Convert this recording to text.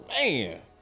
Man